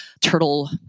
Turtle